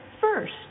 first